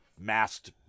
masked